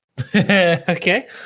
okay